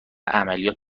عملیات